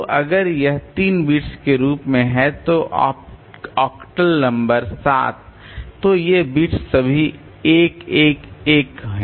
तो अगर यह तीन बिट्स के रूप में है तो ऑक्टल नंबर 7 तो ये बिट्स सभी 111 हैं